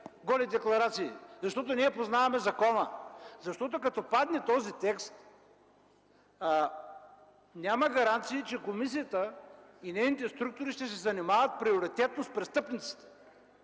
голи декларации, защото ние познаваме закона. Защото като падне този текст, няма гаранции, че комисията и нейните структури ще се занимават приоритетно с престъпниците.